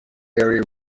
area